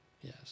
Yes